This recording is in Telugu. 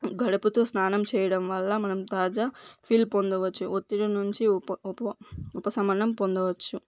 గడుపుతూ స్నానం చేయడం వల్ల మనం తాజా ఫీల్ పొందవచ్చు ఒత్తిడి నుంచి ఉప ఉప ఉపశమనం పొందవచ్చు